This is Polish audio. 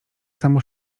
samo